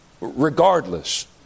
regardless